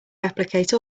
replicate